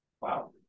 Wow